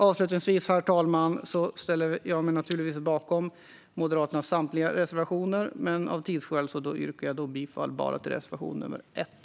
Avslutningsvis, herr talman, ställer jag mig naturligtvis bakom Moderaternas samtliga reservationer, men av tidsskäl yrkar jag bifall bara till reservation nr 1.